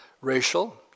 racial